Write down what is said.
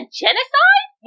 genocide